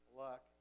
luck